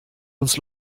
uns